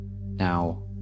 Now